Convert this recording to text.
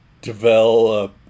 develop